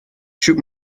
sut